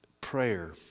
prayer